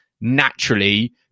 naturally